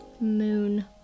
Moon